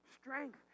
strength